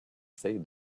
say